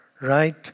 right